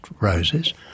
roses